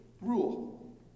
rule